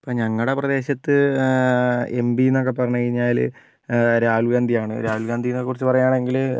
ഇപ്പോൾ ഞങ്ങളുടെ പ്രദേശത്ത് എം പി എന്നൊക്കെ പറഞ്ഞു കഴിഞ്ഞാൽ രാഹുൽ ഗാന്ധിയാണ് രാഹുൽഗാന്ധിനെ കുറിച്ച് പറയുവാണെങ്കിൽ